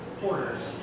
quarters